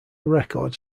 records